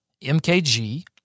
MKG